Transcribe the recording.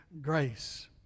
grace